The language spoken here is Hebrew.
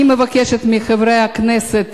אני מבקשת מחברי הכנסת